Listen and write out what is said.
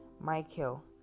Michael